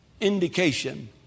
indication